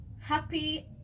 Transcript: Happy